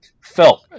Phil